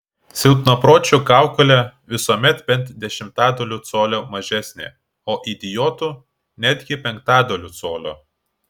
silpnapročių kaukolė visuomet bent dešimtadaliu colio mažesnė o idiotų netgi penktadaliu colio